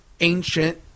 ancient